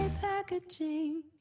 packaging